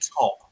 top